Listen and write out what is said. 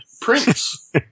Prince